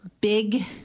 big